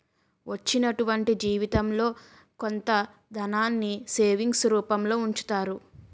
వచ్చినటువంటి జీవితంలో కొంత ధనాన్ని సేవింగ్స్ రూపంలో ఉంచుతారు